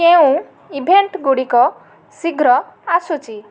କେଉଁ ଇଭେଣ୍ଟ୍ଗୁଡ଼ିକ ଶୀଘ୍ର ଆସୁଛି